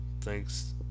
thanks